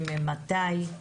ממתי,